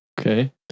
Okay